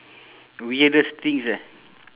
weirdest things eh